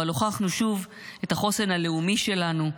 אבל הוכחנו שוב את החוסן הלאומי שלנו,